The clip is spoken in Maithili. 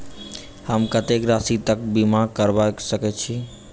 हम कत्तेक राशि तकक बीमा करबा सकै छी?